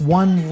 one